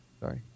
Sorry